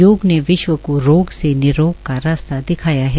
योग ने विश्व को रोग से निरोग का रास्ता दिखाया है